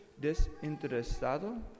desinteresado